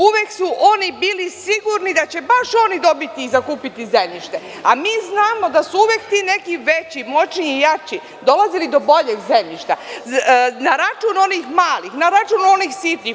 Uvek su oni bili sigurni da će baš oni dobiti, zakupiti zemljište, a mi znamo da su uvek neki veći, moćniji i jači dolazili do boljeg zemljišta na račun onih malih, onih sitnih.